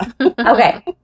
Okay